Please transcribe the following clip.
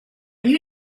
you